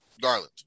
Garland